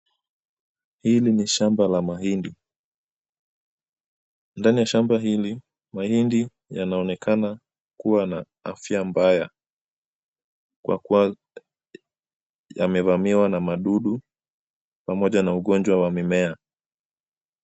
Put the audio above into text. Hili ni shamba la mahindi, ndani ya shamba hili, mahindi yanaonekana kuwa na afya mbaya. Kwa kuwa yamevamiwa na dudu pamoja na ugonjwa wa mimea.